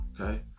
okay